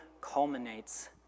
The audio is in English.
culminates